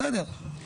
בסדר,